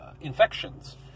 infections